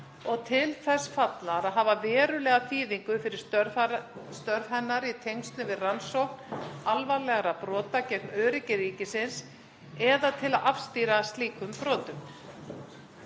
og til þess fallnar að hafa verulega þýðingu fyrir störf hennar í tengslum við rannsókn alvarlegra brota gegn öryggi ríkisins, eða til að afstýra slíkum brotum.